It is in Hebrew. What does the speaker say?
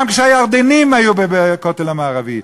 גם כשהירדנים היו בכותל המערבי,